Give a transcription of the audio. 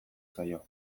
zaio